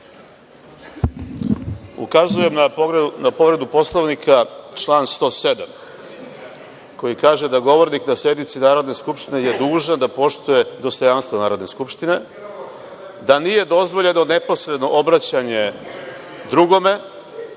Ukazujem na povredu Poslovnika, član 107. koji kaže da govornik na sednici Narodne skupštine je dužan da poštuje dostojanstvo Narodne skupštine, da nije dozvoljeno neposredno obraćanje drugome